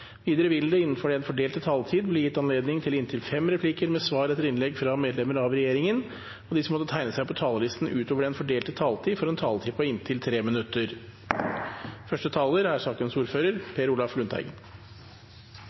Videre vil det – innenfor den fordelte taletid – bli gitt anledning til inntil seks replikker med svar etter innlegg fra medlemmer av regjeringen, og de som måtte tegne seg på talerlisten utover den fordelte taletid, får også en taletid på inntil 3 minutter.